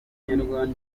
neza